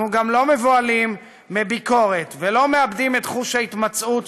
אנחנו גם לא מבוהלים מביקורת ולא מאבדים את חוש ההתמצאות,